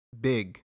big